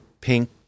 pink